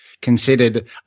considered